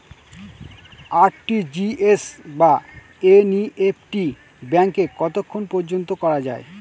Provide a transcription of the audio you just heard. RTGS বা NEFT ব্যাংকে কতক্ষণ পর্যন্ত করা যায়?